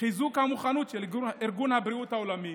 חיזוק המוכנות של ארגון הבריאות העולמי